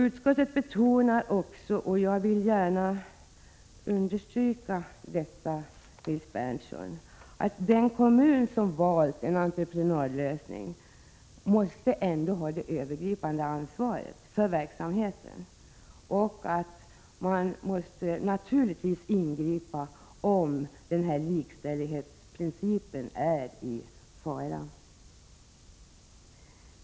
Utskottet betonar, och jag vill gärna understryka detta, Nils Berndtson, att den kommun som valt en entreprenadlösning måste ha det övergripande ansvaret för verksamheten på området. Kommunen måste naturligtvis ingripa om den s.k. likställighetsprincipen är i fara.